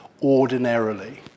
ordinarily